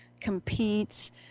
competes